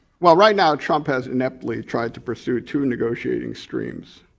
well right now trump has ineptly tried to pursue two negotiating streams.